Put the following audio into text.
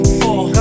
four